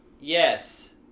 Yes